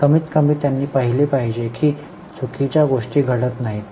कमीतकमी त्यांनी पाहिले पाहिजे की चुकीच्या गोष्टी घडत नाहीत